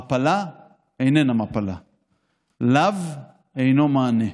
מפלה איננה מפלה, 'לאו' אינו מענה.